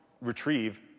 retrieve